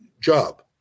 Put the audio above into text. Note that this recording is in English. job